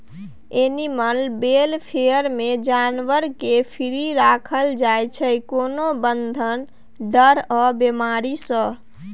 animal welfare मे जानबर केँ फ्री राखल जाइ छै कोनो बंधन, डर आ बेमारी सँ